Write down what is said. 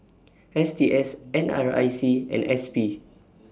S T S N R I C and S P